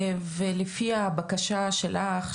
ולפי הבקשה שלך,